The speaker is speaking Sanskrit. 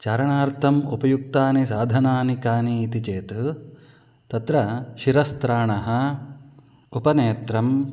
चरणार्थम् उपयुक्तानि साधनानि कानि इति चेत् तत्र शिरस्त्राणम् उपनेत्रम्